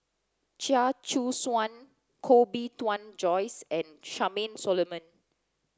Chia Choo Suan Koh Bee Tuan Joyce and Charmaine Solomon